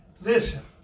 Listen